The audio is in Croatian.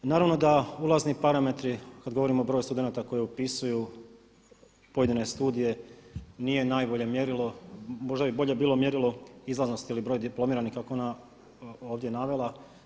Naravno da ulazni parametri kada govorimo o broju studenata koji upisuju pojedine studije nije najbolje mjerilo, možda bi bolje bilo mjerilo izlaznosti ili broj diplomiranih kako je ona ovdje navela.